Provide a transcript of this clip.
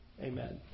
Amen